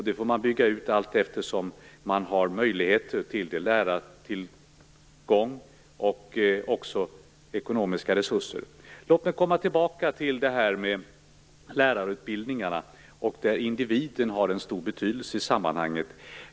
Det får man bygga ut allteftersom man har möjlighet i form av lärartillgång och ekonomiska resurser. Låt mig komma tillbaka till detta med lärarutbildningarna. Individen har en stor betydelse i sammanhanget.